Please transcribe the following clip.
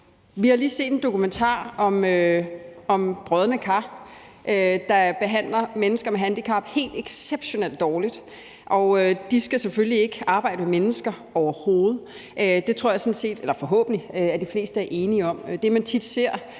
Vi har lige set en dokumentar om brodne kar, der behandler mennesker med handicap helt exceptionelt dårligt, og de skal selvfølgelig ikke arbejde med mennesker overhovedet. Det tror jeg sådan set – forhåbentlig – at de fleste er enige om. Det, man tit ser,